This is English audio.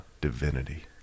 divinity